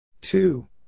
Two